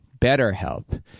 BetterHelp